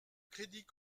crédit